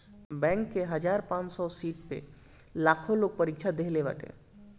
bank के हजार पांच सौ सीट पअ लाखो लोग परीक्षा देहले बाटे